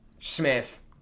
Smith